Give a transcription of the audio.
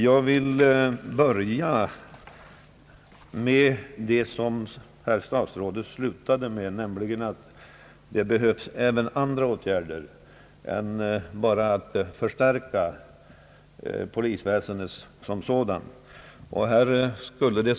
Jag vill börja där herr statsrådet slutade, nämligen med att det behövs andra åtgärder än bara en förstärkning av själva polisväsendet.